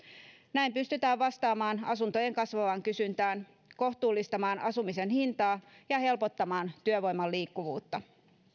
näin pystytään vastaamaan asuntojen kasvavaan kysyntään kohtuullistamaan asumisen hintaa ja helpottamaan työvoiman liikkuvuutta